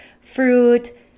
fruit